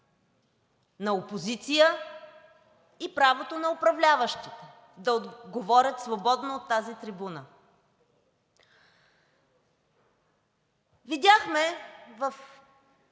на опозиция и правото на управляващи да говорят свободно от тази трибуна. Видяхме във